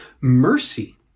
mercy